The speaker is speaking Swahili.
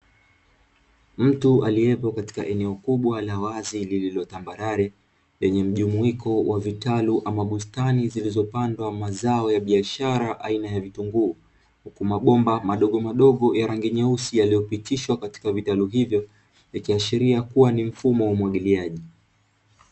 Mtu aliyopo katika eneo kubwa la wazi lililo tambala, lenye mjumuiko vitaru au bustani zilizopandwa mazao ya biashara aina ya vitunguu huku mabomba madogomadogo ya rangi nyeusi yaliypitishwa kwenye vitaru hivyo ikiashiria kuwa ni mfumo wa umwagiliaji.